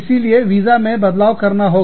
इसीलिए वीजा में बदलाव करना होगा